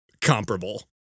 comparable